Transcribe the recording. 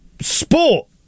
sport